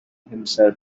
himself